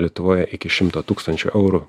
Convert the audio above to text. lietuvoje iki šimto tūkstančių eurų